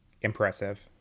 impressive